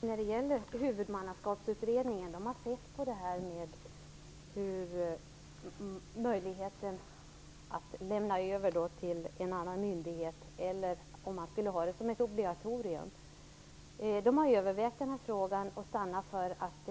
Herr talman! Hudmannaskapsutredningen har tittat på möjligheten att lämna över ett ärende till en annan myndighet eller att ha det som ett obligatorium. Man har övervägt detta och stannat för att